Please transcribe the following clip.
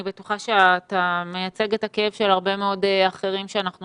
אני בטוחה שאתה מייצג את הכאב של הרבה מאוד אחרים שאנחנו